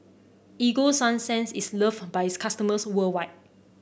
Ego Sunsense is loved by its customers worldwide